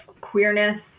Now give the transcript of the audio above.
queerness